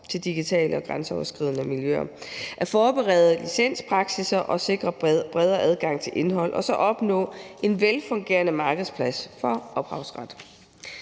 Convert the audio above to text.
til digitale og grænseoverskridende miljøer, at forberede licenspraksisser og sikre bredere adgang til indhold og så at opnå en velfungerende markedsplads for ophavsret.